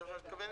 לזה את מתכוונת?